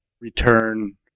return